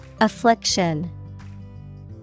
affliction